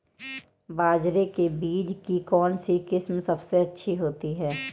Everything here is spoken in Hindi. बाजरे के बीज की कौनसी किस्म सबसे अच्छी होती है?